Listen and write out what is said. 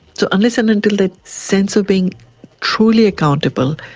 so unless and until that sense of being truly accountable,